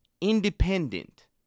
independent